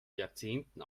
jahrzehnten